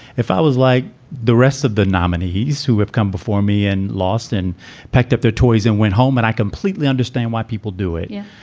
if i was like the rest of the nominees who have come before me and lost and packed up their toys and went home, and i completely understand why people do it. yeah.